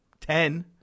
ten